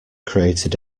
created